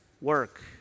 work